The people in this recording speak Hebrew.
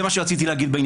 זה מה שרציתי לו,